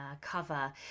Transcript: cover